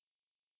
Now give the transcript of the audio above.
mm